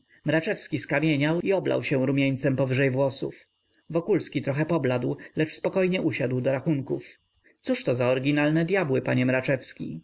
mraczewski skamieniał i oblał się rumieńcem powyżej włosów wokulski trochę pobladł lecz spokojnie usiadł do rachunków cóżto za oryginalne dyabły panie mraczewski